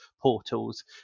portals